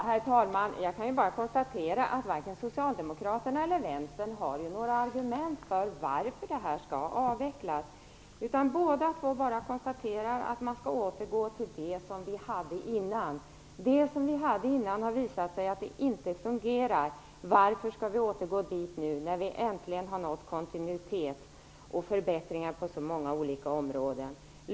Herr talman! Jag kan bara konstatera att varken Socialdemokraterna eller Vänstern har några argument för att husläkarsystemet skall avvecklas. Båda partierna konstaterar bara att man skall återgå till det som vi hade innan. Det som vi hade innan har visat sig inte fungera. Varför skall vi nu återgå till detta, när vi äntligen har uppnått kontinuitet och förbättringar på så många olika områden?